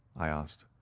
i asked.